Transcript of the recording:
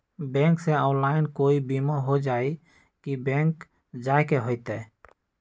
Bank से online कोई बिमा हो जाई कि बैंक जाए के होई त?